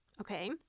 okay